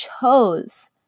chose